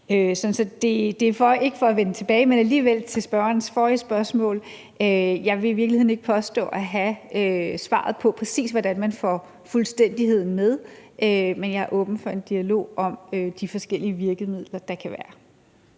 Så det er ikke for at vende tilbage, men alligevel, til spørgerens forrige spørgsmål: Jeg vil i virkeligheden ikke påstå at have svaret på, præcis hvordan man får fuldstændigheden med, men jeg er åben for en dialog om de forskellige virkemidler, der kan være.